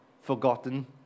forgotten